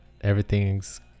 everything's